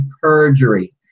perjury